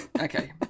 okay